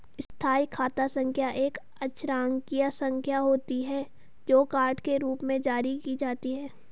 स्थायी खाता संख्या एक अक्षरांकीय संख्या होती है, जो कार्ड के रूप में जारी की जाती है